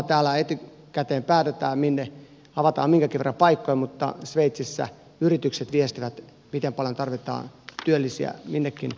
täällä etukäteen päätetään minne avataan minkäkin verran paikkoja mutta sveitsissä yritykset viestivät miten paljon tarvitaan työllisiä millekin alueelle